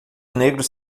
negros